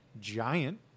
giant